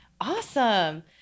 Awesome